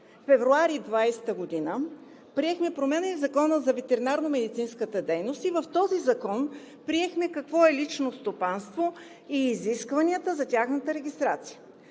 февруари 2020 г. приехме промени в Закона за ветеринарномедицинската дейност и в този закон приехме какво са лични стопанства и изискванията за тяхната регистрация.